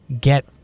get